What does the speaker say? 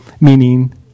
Meaning